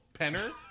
Penner